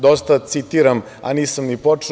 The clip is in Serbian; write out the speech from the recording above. Dosta citiram, a nisam ni počeo.